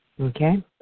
Okay